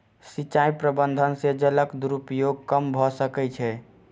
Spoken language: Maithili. सिचाई प्रबंधन से जलक दुरूपयोग कम भअ सकै छै